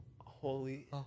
Holy